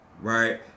right